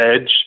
edge